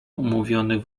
umówionych